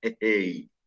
Hey